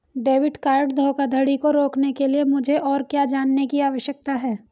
Debit card धोखाधड़ी को रोकने के लिए मुझे और क्या जानने की आवश्यकता है?